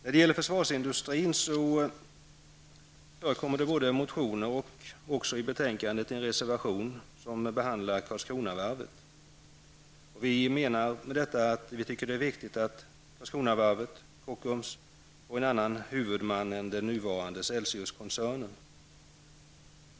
Vad gäller försvarsindustrin finns både motioner och en reservation till betänkandet om Karlskronavarvet. Vi menar att det är viktigt att Karlskronavarvet och Kockums får en annan huvudman än den nuvarande Celsiuskoncernen.